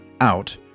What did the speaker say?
out